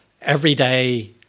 everyday